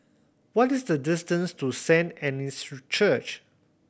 what is the distance to Saint Anne's Church